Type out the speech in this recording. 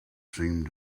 seem